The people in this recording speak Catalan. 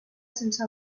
sense